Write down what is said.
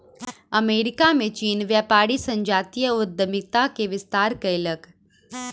America में चीनी व्यापारी संजातीय उद्यमिता के विस्तार कयलक